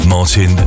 Martin